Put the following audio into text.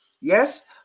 Yes